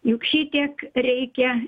juk šitiek reikia